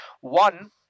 One